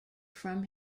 from